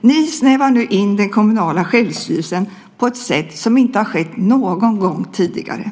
Ni snävar nu in den kommunala självstyrelsen på ett sätt som inte har skett någon gång tidigare.